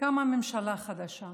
קמה ממשלה חדשה.